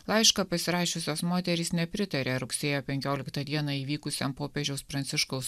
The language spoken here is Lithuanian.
laišką pasirašiusios moterys nepritaria rugsėjo penkioliktą dieną įvykusiam popiežiaus pranciškaus